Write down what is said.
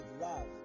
love